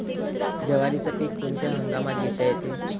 जवारीचं पीक कोनच्या हंगामात घेता येते?